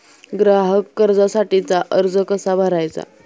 ग्राहक कर्जासाठीचा अर्ज कसा भरायचा?